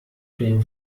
creme